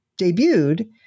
debuted